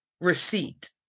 receipt